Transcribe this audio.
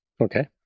Okay